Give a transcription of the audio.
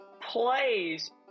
plays